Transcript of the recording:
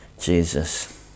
Jesus